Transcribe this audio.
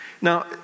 Now